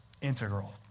integral